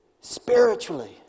Spiritually